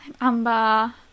Amber